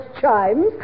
chimes